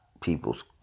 people's